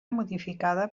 modificada